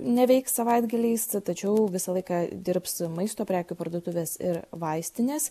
neveiks savaitgaliais tačiau visą laiką dirbs maisto prekių parduotuvės ir vaistinės